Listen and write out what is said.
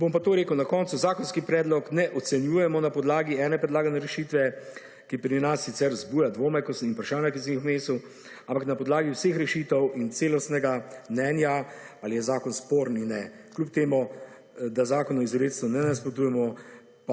Bom pa to rekel na koncu. Zakonski predlog ne ocenjujemo na podlagi ene predlagane rešitve, ki pri nas sicer vzbuja dvome, ko sem vprašanja, ki sem jih omenil, ampak na podlagi vseh rešitev in celostnega menja ali je zakon sporen ali ne kljub temu, da zakonu izrecno ne nasprotujemo